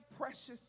precious